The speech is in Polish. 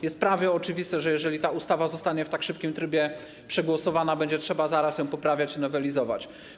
Jest prawie oczywiste, że jeżeli ta ustawa zostanie w tak szybkim trybie przegłosowana, będzie trzeba zaraz ją poprawiać i nowelizować.